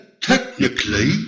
technically